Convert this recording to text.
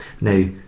Now